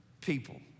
people